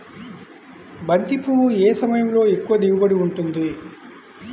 బంతి పువ్వు ఏ సమయంలో ఎక్కువ దిగుబడి ఉంటుంది?